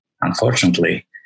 unfortunately